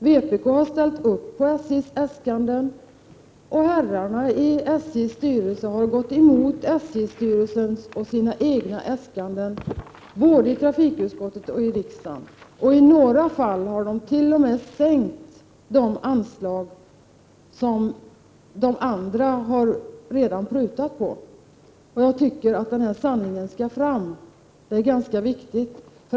Vpk har ställt upp på SJ:s äskanden, medan herrarna i SJ:s styrelse har gått emot SJ-styrelsens och sina egna äskanden både i trafikutskottet och i riksdagen. I några fall har de t.o.m. sänkt de anslag som de andra redan har prutat på. Jag tycker att denna sanning skall fram. Det är ganska viktigt.